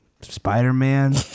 Spider-Man